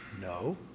No